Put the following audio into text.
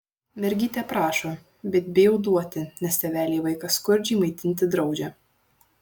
mergytė prašo bet bijau duoti nes tėveliai vaiką skurdžiai maitinti draudžia